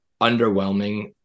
underwhelming